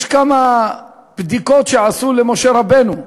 יש כמה בדיקות שעשו למשה רבנו.